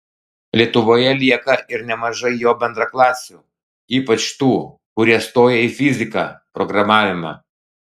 lietuvoje lieka ir nemažai jo bendraklasių ypač tų kurie stoja į fiziką programavimą